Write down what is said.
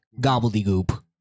gobbledygook